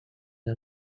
are